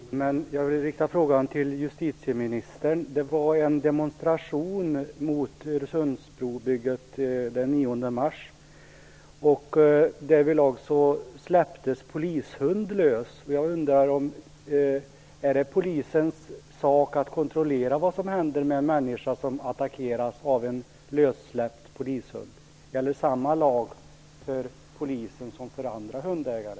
Herr talman! Min fråga handlar också om Öresundsbron, men jag vill rikta den till justitieministern. Det var en demonstration mot Öresundsbrobygget den 9 mars, och därvid släpptes en polishund lös. Jag undrar om det är Polisens sak att kontrollera vad som händer med en människa som attackeras av en lössläppt polishund. Gäller samma lag för Polisen som för andra hundägare?